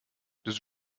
das